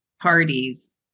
parties